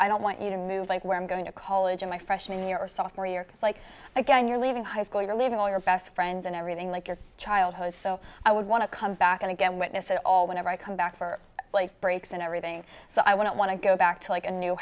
i don't want you to move like where i'm going to college in my freshman year or sophomore year like again you're leaving high school you're leaving all your best friend and everything like your childhood so i would want to come back and again witness it all whenever i come back for like breaks and everything so i wouldn't want to go back to like a new